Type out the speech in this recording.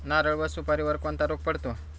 नारळ व सुपारीवर कोणता रोग पडतो?